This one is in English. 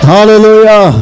Hallelujah